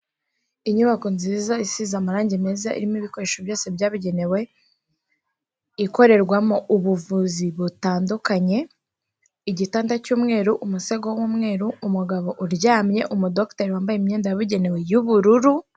Inyubako nziza isize amarangi meza irimo ibikoresho byose byabugenewe ikorerwamo ubuvuzi butandukanye. Igitanda cy'umweru, umusego w'umweru, umugabo uryamye. Umudogiteri wambaye imyenda yabugenewe y'ubururu.